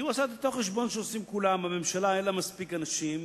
כי הוא עשה את אותו חשבון שעושים כולם: לממשלה אין מספיק אנשים,